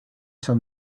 son